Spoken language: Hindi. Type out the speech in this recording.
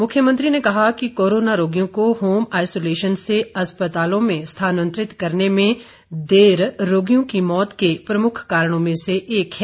मुख्यमंत्री ने कहा कि कोरोना रोगियों को होम आईसोलेशन से अस्पतालों में स्थानांतरित करने में देर रोगियों की मौत के प्रमुख कारणों में से एक है